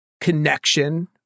connection